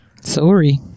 sorry